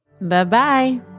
Bye-bye